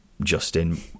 Justin